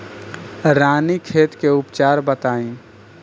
रानीखेत के उपचार बताई?